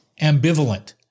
ambivalent